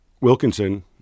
Wilkinson